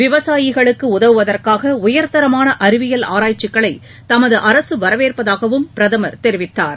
விவசாயிகளுக்கு உதவுவதற்காக உயர்தரமான அறிவியல் ஆராய்ச்சிகளை தமது அரசு வரவேற்பதாகவும் பிரதமர் தெரிவித்தார்